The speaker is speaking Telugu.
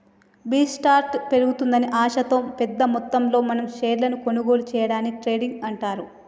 బి స్టార్ట్ పెరుగుతుందని ఆశతో పెద్ద మొత్తంలో మనం షేర్లను కొనుగోలు సేయడాన్ని ట్రేడింగ్ అంటారు